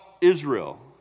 Israel